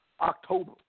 October